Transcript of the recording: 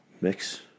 mix